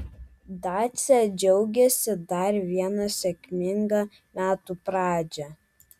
dacia džiaugiasi dar viena sėkminga metų pradžia